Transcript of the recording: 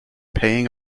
paying